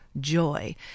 joy